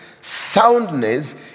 soundness